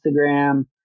Instagram